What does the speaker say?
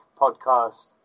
podcast